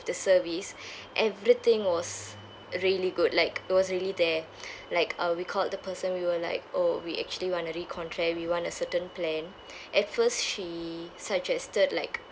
the service everything was really good like it was really there like uh we called the person we were like oh we actually want to recontract we want a certain plan at first she suggested like